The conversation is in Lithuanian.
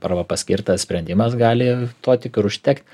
arba paskirtas sprendimas gali to tik ir užtekt